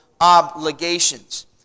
obligations